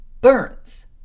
Burns